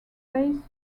faces